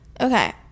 Okay